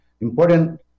important